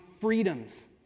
freedoms